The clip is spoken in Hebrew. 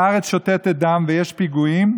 הארץ שותתת דם ויש פיגועים,